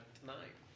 tonight